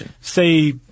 say